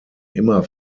immer